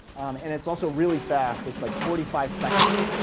and it's also really fast. it's like forty five seconds.